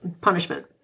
punishment